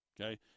Okay